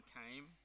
came